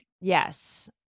Yes